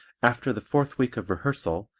after the fourth week of rehearsal,